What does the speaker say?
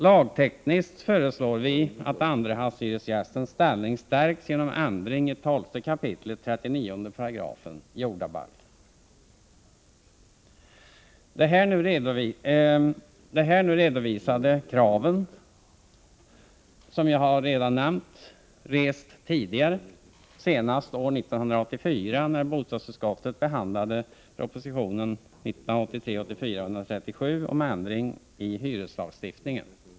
Lagtekniskt föreslår vi att andrahandshyresgästernas ställning stärks genom ändring i 12 kap. 39§ jordabalken. De här nu redovisade kraven har, som jag redan nämnt, rests tidigare och senast år 1984 när bostadsutskottet behandlade proposition 1983/84:137 om ändringar i hyreslagstiftningen.